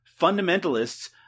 fundamentalists